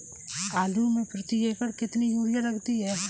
आलू में प्रति एकण कितनी यूरिया लगती है?